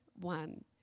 one